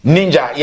Ninja